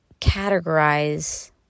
categorize